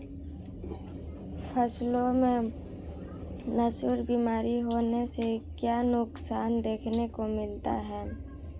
फसलों में नासूर बीमारी होने से क्या नुकसान देखने को मिलता है?